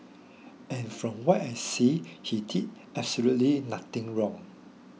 and from what I see he did absolutely nothing wrong